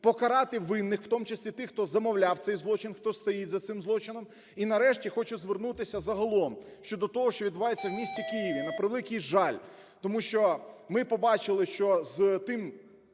покарати винних, у тому числі тих, хто замовляв цей злочин, хто стоїть за цим злочином. І нарешті хочу звернутися загалом щодо того, що відбувається у місті Києві, на превеликий жаль, тому що ми побачили, що з тим,